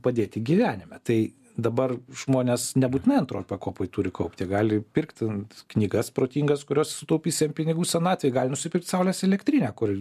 padėti gyvenime tai dabar žmonės nebūtinai antroj pakopoj turi kaupti gali pirkti knygas protingas kurios sutaupys jam pinigų senatvėj gali nusipirkt saulės elektrinę kur